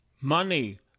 money